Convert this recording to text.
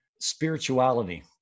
spirituality